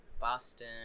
Boston